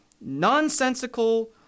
nonsensical